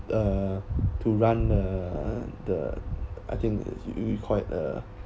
uh to run uh the I think quite uh